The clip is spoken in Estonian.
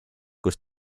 kus